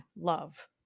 love